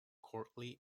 courtly